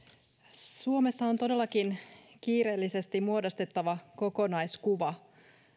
on todellakin kiireellisesti muodostettava kokonaiskuva